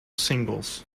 singles